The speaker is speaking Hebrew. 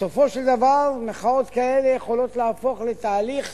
בסופו של דבר, מחאות כאלה יכולות להפוך לתהליך